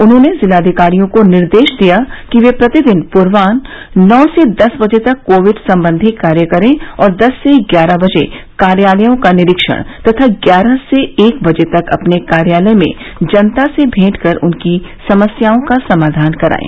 उन्होंने जिलाधिकारियों को निर्देश दिया कि वे प्रतिदिन पूर्वान्ह नौ से दस बजे तक कोविड संबंधी कार्य करे और दस से ग्यारह बजे कार्यालयों का निरीक्षण तथा ग्यारह से एक बजे तक अपने कार्यालय में जनता से भेंट कर उनकी समस्याओं का समाधान कराये